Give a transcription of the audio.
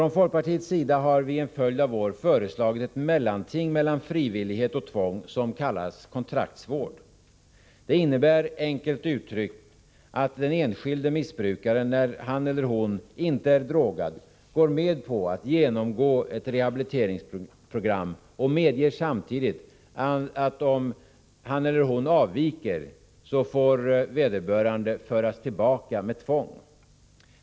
Från folkpartiet har vi under en följd av år föreslagit ett mellanting mellan frivillighet och tvång som kallas kontraktsvård. Det innebär enkelt uttryckt att den enskilde missbrukaren, när han eller hon inte är drogad, går med på att genomgå ett rehabiliteringsprogram och medger samtidigt, att om han eller hon avviker, får vederbörande föras tillbaka med tvång.